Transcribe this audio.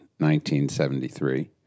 1973